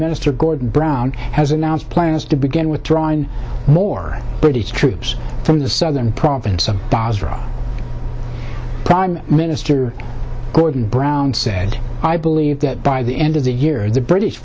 minister gordon brown has announced plans to begin withdrawing more troops from the southern province of basra prime minister gordon brown said i believe that by the end of the year the british